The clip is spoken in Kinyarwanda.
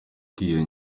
ashobora